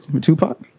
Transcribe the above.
Tupac